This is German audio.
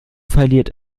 verliert